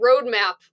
roadmap